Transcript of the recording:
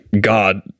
God –